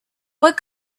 what